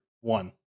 one